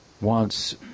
wants